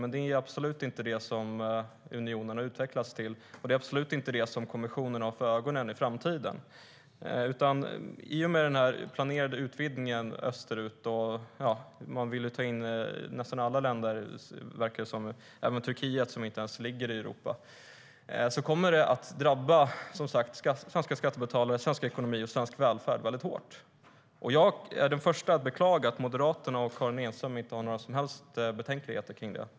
Men det är absolut inte detta som unionen har utvecklats till, och det är absolut inte det som kommissionen har för ögonen i framtiden. Den planerade utvidgningen österut - man vill ta in nästan alla länder, verkar det som, även Turkiet, som inte ens ligger i Europa - kommer att drabba svenska skattebetalare, svensk ekonomi och svensk välfärd väldigt hårt. Jag är den förste att beklaga att Moderaterna och Karin Enström inte har några som helst betänkligheter rörande detta.